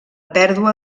pèrdua